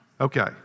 Okay